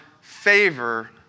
favor